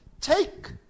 take